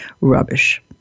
Rubbish